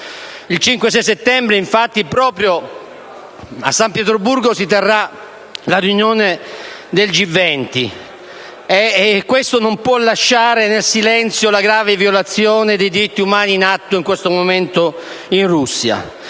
Il 5 e 6 settembre, infatti, si terrà proprio a San Pietroburgo la riunione del G20, e tale consesso non può lasciare nel silenzio la grave violazione dei diritti umani in atto in questo momento in Russia.